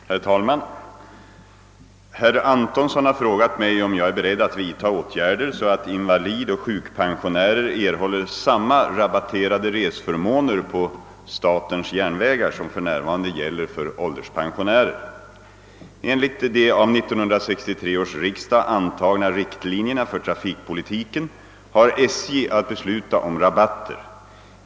Herr talman! Herr Antonsson har frågat mig om jag är beredd att vidta åtgärder så att invalidoch sjukpensionärer erhåller samma rabatterade reseförmåner på statens järnvägar som för närvarande gäller för ålderspensionärer. Enligt de av 1963 års riksdag antagna riktlinjerna för trafikpolitiken har SJ att besluta om rabatter.